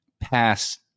pass